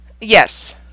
Yes